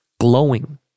glowing